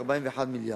41 מיליארד,